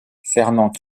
fernand